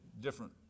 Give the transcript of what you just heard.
different